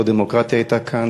לא דמוקרטיה הייתה כאן,